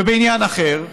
ובעניין אחר,